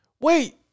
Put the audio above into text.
Wait